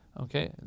Okay